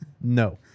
No